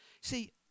See